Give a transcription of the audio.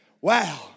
Wow